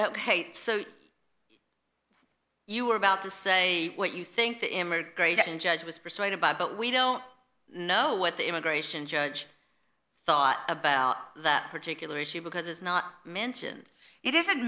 hate so you were about to say what you think emerged great and judge was persuaded by but we don't know what the immigration judge thought about that particular issue because it's not mentioned it isn't